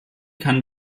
kann